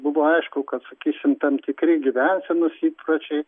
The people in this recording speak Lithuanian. buvo aišku kad sakysim tam tikri gyvensenos įpročiai